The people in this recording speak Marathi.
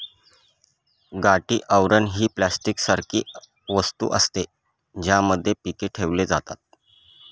गाठी आवरण ही प्लास्टिक सारखी वस्तू असते, ज्यामध्ये पीके ठेवली जातात